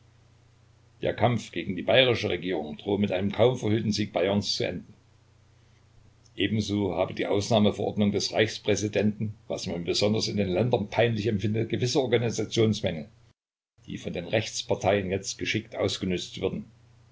der kampf gegen die bayerische regierung drohe mit einem kaum verhüllten sieg bayerns zu enden ebenso habe die ausnahmeverordnung des reichspräsidenten was man besonders in den ländern peinlich empfinde gewisse organisationsmängel die von den rechtsparteien jetzt geschickt ausgenützt würden